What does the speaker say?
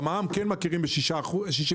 במע"מ כן מכירים ב-66%.